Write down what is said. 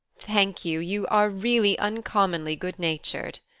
thank you! you are really uncommonly good-natured.